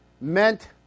meant